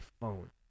phone